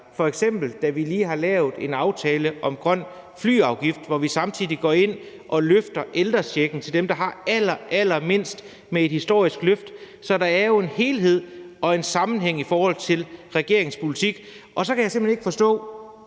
F.eks. har vi lige lavet en aftale om en grøn flyafgift, hvor vi samtidig går ind og løfter ældrechecken til dem, der har allerallermindst, med et historisk løft. Så der er jo en helhed og en sammenhæng i forhold til regeringens politik. Så kan jeg simpelt hen ikke forstå